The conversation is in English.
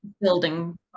building